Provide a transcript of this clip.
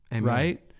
right